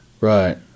Right